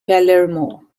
palermo